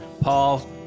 Paul